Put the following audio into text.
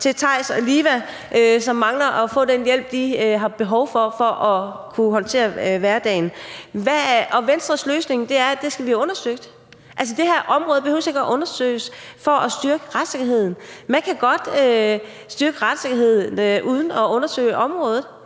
til Theis og Liva, som mangler at få den hjælp, de har behov for for at kunne håndtere hverdagen. Og Venstres løsning er, at det skal vi have undersøgt. Altså, det her område behøver ikke blive undersøgt, for at man kan styrke retssikkerheden. Man kan godt styrke retssikkerheden uden at undersøge området,